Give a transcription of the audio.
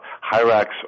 hyrax